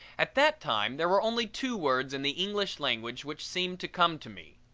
at that time there were only two words in the english language which seemed to come to me.